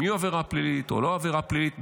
יהיו עבירה פלילית או לא יהיו עבירה פלילית,